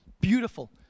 Beautiful